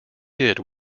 did